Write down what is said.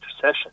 session